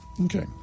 Okay